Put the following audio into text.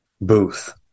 booth